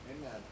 Amen